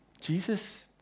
Jesus